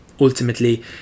Ultimately